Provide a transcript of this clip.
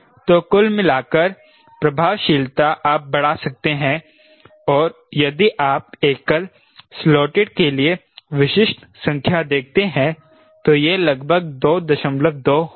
तो कुल मिलाकर प्रभावशीलता आप बढ़ा सकते हैं और यदि आप एकल स्लॉटिड के लिए विशिष्ट संख्या देखते हैं तो यह लगभग 22 होगा